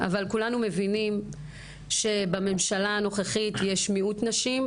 אבל כולנו מבינים שבממשלה הנוכחית יש מיעוט נשים,